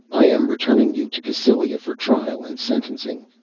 i am returning you to cassylia for trial and sentencing.